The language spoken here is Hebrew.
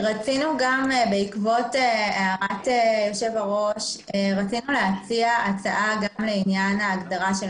בעקבות הערת היושב ראש רצינו להציע הצעה גם לעניין ההסדרה.